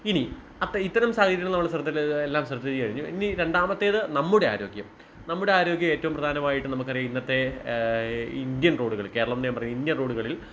ഇനി അത്ത ഇത്തരം സാഹചര്യങ്ങൾ നമ്മൾ ശ്രദ്ദയിൽ എല്ലാം ശ്രദ്ധിച്ചു കഴിഞ്ഞു ഇനി രണ്ടാമത്തേത് നമ്മുടെ ആരോഗ്യം നമ്മുടെ ആരോഗ്യം ഏറ്റവും പ്രധാനമായിട്ട് നമുക്ക് അറിയാം ഇന്നത്തെ ഇന്ത്യൻ റോഡുകൾ കേരളം എന്ന് ഞാൻ പറയില്ല ഇന്ത്യൻ റോഡുകളിൽ